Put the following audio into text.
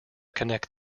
connect